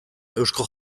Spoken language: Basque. eusko